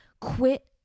quit